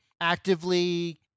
actively